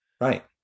Right